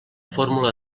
fórmula